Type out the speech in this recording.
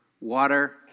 water